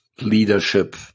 leadership